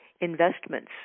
investments